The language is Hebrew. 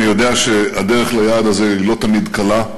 אני יודע שהדרך ליעד הזה היא לא תמיד קלה,